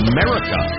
America